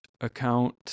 account